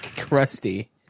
crusty